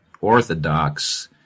Orthodox